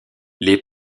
les